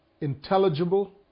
intelligible